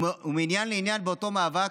ומעניין לעניין באותו מאבק,